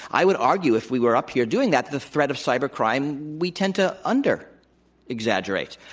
i would argue if we were up here doing that the threat of cyber crime, we tend to under exaggerate.